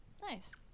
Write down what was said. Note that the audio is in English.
Nice